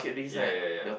ya ya ya